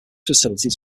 facilities